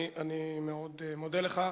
אני מאוד מודה לך,